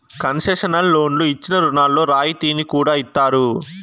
concessional లోన్లు ఇచ్చిన రుణాల్లో రాయితీని కూడా ఇత్తారు